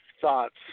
thoughts